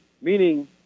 meaning